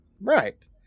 Right